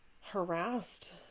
harassed